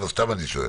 סתם אני שואל.